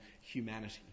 humanity